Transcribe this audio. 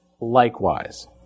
likewise